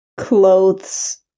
clothes